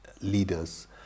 leaders